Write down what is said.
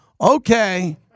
Okay